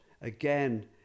again